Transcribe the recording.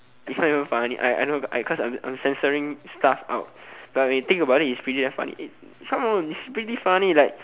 it's not even funny I I know because I'm censoring stuff out but when you think about it come on it's pretty damn funny like come on it's pretty funny like